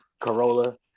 Corolla